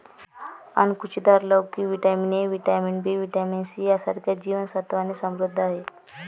अणकुचीदार लोकी vitamin A, vitamin B, vitamin C यांसारख्या जीवन सत्त्वांनी समृद्ध आहे